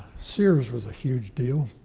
sears was a huge deal.